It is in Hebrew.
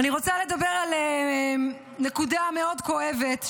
אני רוצה לדבר על נקודה מאוד כואבת.